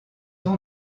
ont